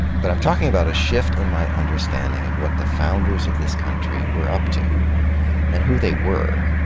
but i'm talking about a shift in my understanding of what the founders of this country were up to and who they were.